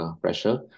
pressure